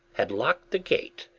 had locked the gate,